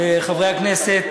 אדוני היושב-ראש, חברי הכנסת,